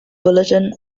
bulletin